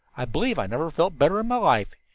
i believe i never felt better in my life,